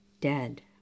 dead